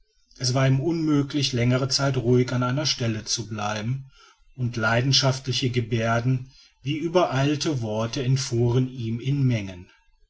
es war ihm unmöglich längere zeit ruhig an einer stelle zu bleiben und leidenschaftliche geberden wie übereilte worte entfuhren ihm in menge